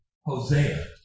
Hosea